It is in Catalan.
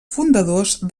fundadors